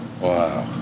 Wow